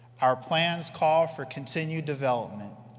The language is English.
our plans call for continued development.